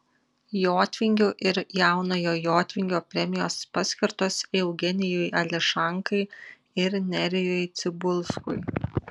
jotvingių ir jaunojo jotvingio premijos paskirtos eugenijui ališankai ir nerijui cibulskui